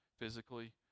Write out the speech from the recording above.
physically